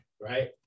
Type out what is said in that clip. right